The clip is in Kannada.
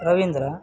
ರವೀಂದ್ರ